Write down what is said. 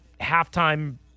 halftime